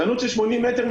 חנות בשטח של 80 מטרים,